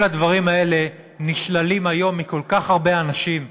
כל הדברים האלה נשללים היום מכל כך הרבה אנשים,